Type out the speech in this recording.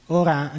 ora